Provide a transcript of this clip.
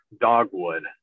dogwood